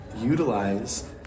utilize